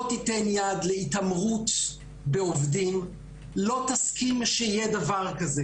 לא תיתן יד להתעמרות בעובדים ולא תסכים שיהיה דבר כזה,